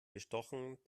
bestochen